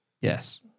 Yes